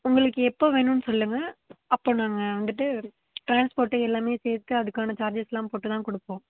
உங்களுக்கு எப்போது வேணும்னு சொல்லுங்கள் அப்போது நாங்கள் வந்துட்டு டிரான்ஸ்போர்ட்டு எல்லாமே சேர்த்து அதுக்கான சார்ஜஸெல்லாம் போட்டுதான் கொடுப்போம்